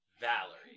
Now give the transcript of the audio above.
Valerie